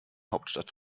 hauptstadt